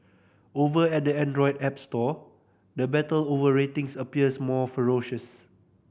over at the Android app store the battle over ratings appears more ferocious